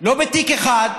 לא בתיק אחד,